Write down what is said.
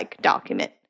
document